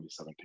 2017